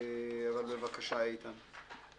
בבקשה, איתן.